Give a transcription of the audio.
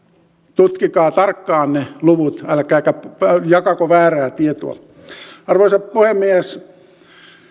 tutkikaa tarkkaan ne luvut älkääkä jakako väärää tietoa arvoisa puhemies